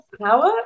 power